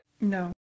No